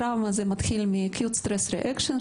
טראומה מתחילה ב-Acute Stress Reaction,